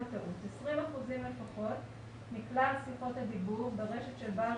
20 אחוזים לפחוות מכלל שיחות הדיבור ברשת של בעל